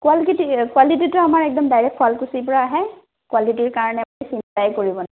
quality কোৱালিটিটো আমাৰ একদম ডাইৰেক্ট শুৱালকুছিৰ পৰা আহে কোৱালিটিৰ কাৰণে আপুনি চিন্তাই কৰিব